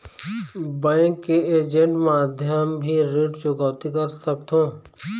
Bank के agent माध्यम भी ऋण चुकौती कर सकथों?